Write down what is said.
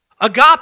Agape